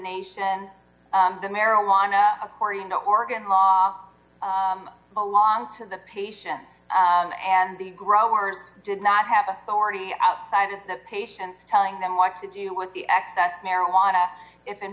nation the marijuana according to oregon law belongs to the patient and the growers did not have authority outside of the pace and telling them what to do with the excess marijuana if in